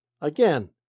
Again